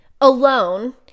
alone